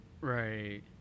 Right